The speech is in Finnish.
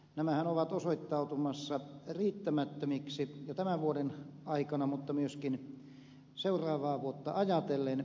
nämähän ovat osoittautumassa riittämättömiksi jo tämän vuoden aikana mutta myöskin seuraavaa vuotta ajatellen